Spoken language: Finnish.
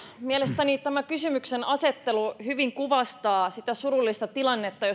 mielestäni tämä kysymyksenasettelu kuvastaa hyvin sitä surullista tilannetta